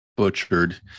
Butchered